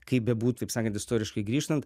kaip bebūtų taip sakan istoriškai grįžtant